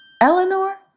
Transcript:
Eleanor